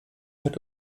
hat